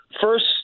First